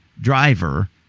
driver –